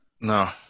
No